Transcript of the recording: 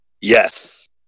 Yes